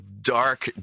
dark